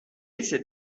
essaie